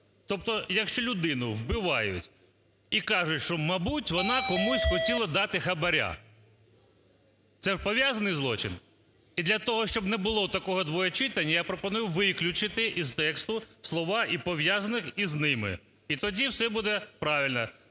Тобто, якщо людину вбивають і кажуть, що, мабуть, вона комусь хотіла дати хабара. Це пов'язаний злочин? І для того, щоб не було такого двоєчитання, я пропоную виключити із тексту слова "і пов'язаних із ними". І тоді все буде правильно.